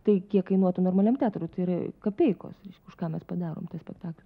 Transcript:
tai kiek kainuotų normaliam teatrui tai yra kapeikos reiškia už ką mes padarom tą spektaklį